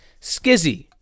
Skizzy